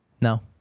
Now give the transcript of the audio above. No